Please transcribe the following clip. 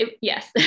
Yes